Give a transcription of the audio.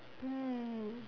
mm